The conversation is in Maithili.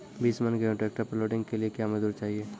बीस मन गेहूँ ट्रैक्टर पर लोडिंग के लिए क्या मजदूर चाहिए?